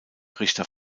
richter